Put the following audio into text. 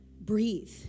breathe